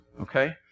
Okay